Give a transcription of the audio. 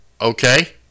okay